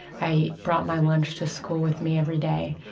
i brought my lunch to school with me every day.